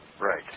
Right